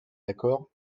d’accord